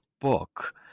book